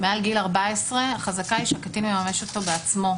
מעל גיל 14 החזקה היא שהקטין יממש בעצמו.